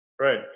Right